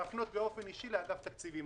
יש להפנות אותם באופן אישי לאגף התקציבים.